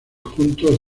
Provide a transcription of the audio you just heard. juntos